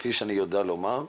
כפי שאני יודע לומר,